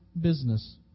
business